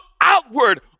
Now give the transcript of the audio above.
outward